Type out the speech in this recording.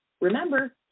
Remember